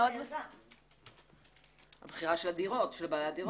הבחירה אינה של היזם.